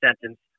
sentence